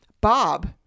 Bob